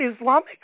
Islamic